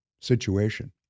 situation